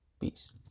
Peace